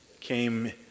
came